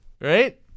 right